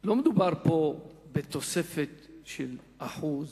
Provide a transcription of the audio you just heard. לא מדובר בתוספת של 1%,